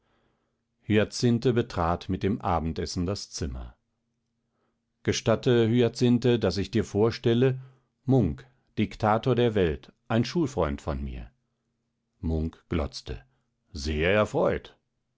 hyacinthe betrat mit dem abendessen das zimmer gestatte hyacinthe daß ich dir vorstelle munk diktator der welt ein schulfreund von mir munk glotzte sehr erfreut